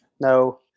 No